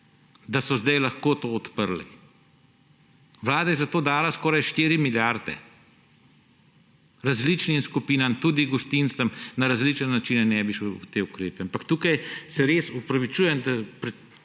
da so zdaj lahko to odprli. Vlada je zato dala skoraj 4 milijarde različnim skupinam, tudi gostincem na različne načine. Ne bi šel v te ukrepe,